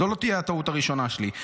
זאת לא תהיה הטעות הראשונה שלי.